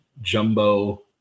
Jumbo